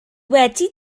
wedi